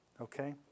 Okay